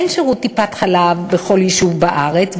אין שירות טיפת-חלב בכל יישוב בארץ,